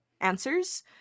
answers